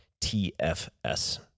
TFS